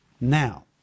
Now